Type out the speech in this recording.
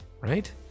right